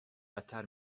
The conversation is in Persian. بدتر